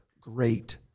great